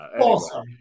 Awesome